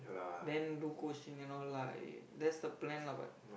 then do coaching and all lah that's the plan lah but